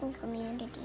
Community